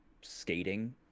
skating